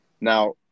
Now